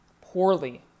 poorly